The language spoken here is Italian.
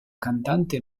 cantante